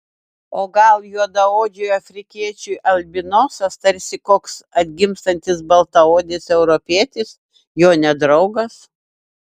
o gal juodaodžiui afrikiečiui albinosas tarsi koks atgimstantis baltaodis europietis jo nedraugas